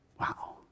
Wow